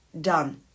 done